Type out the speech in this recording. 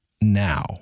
now